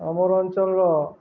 ଆମର୍ ଅଞ୍ଚଳର